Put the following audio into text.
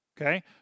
okay